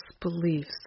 beliefs